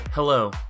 Hello